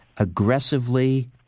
aggressively